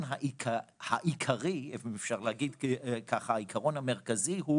העיקרון המרכזי הוא